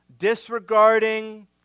disregarding